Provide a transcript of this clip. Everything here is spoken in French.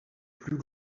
plus